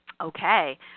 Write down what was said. Okay